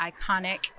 iconic